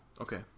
Okay